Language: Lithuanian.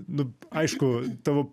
nu aišku tavo